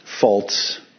faults